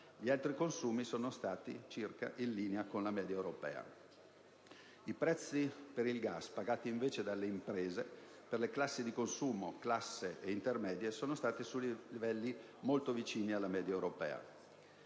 Gli altri consumi sono stati in linea con la media europea. I prezzi per il gas pagati invece dalle imprese, in particolare per le classi di consumo basse e intermedie, sono stati su livelli molto vicini alla media europea.